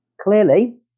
Clearly